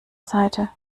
seite